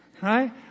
Right